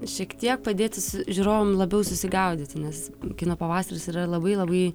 šiek tiek padėti žiūrovam labiau susigaudyti nes kino pavasaris yra labai labai